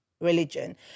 religion